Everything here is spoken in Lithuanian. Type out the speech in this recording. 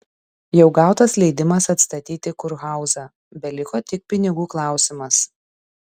jau gautas leidimas atstatyti kurhauzą beliko tik pinigų klausimas